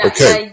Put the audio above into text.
Okay